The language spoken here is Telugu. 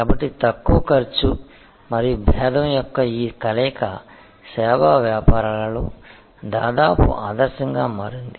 కాబట్టి తక్కువ ఖర్చు మరియు భేదం యొక్క ఈ కలయిక సేవా వ్యాపారాలలో దాదాపు ఆదర్శంగా మారింది